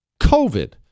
COVID